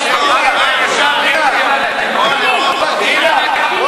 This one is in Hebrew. תודה לחברת הכנסת פנינה תמנו-שטה.